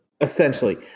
Essentially